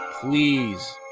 please